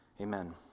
amen